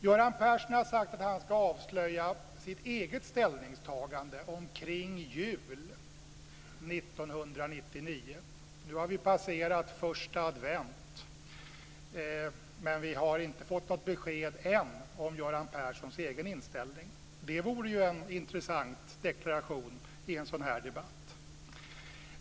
Göran Persson har sagt att han ska avslöja sitt eget ställningstagande omkring jul 1999. Nu har vi passerat första advent, men vi har inte fått något besked än om Göran Perssons egen inställning. Det vore ju en intressant deklaration i en sådan här debatt!